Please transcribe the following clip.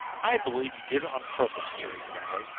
i believe you did it on purpose, jerry growled,